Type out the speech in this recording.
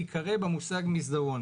זה המינימום כדי להיקרא "מסדרון".